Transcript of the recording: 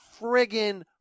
friggin